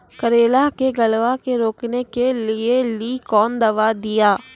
करेला के गलवा के रोकने के लिए ली कौन दवा दिया?